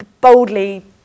boldly